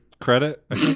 Credit